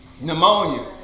Pneumonia